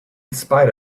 spite